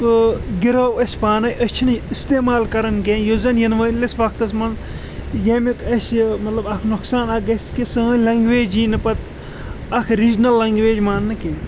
گِرٲو اَسہِ پانَے أسۍ چھِنہٕ یہِ استعمال کَران کینٛہہ یُس زَن یِنہٕ وٲلِس وقتَس منٛز ییٚمیُٚک اَسہِ مطلب اَکھ نۄقصان اَکھ گژھِ کہ سٲنۍ لٮ۪نٛگویج یی نہٕ پَتہٕ اَکھ ریٖجنَل لٮ۪نٛگویج ماننہٕ کینٛہہ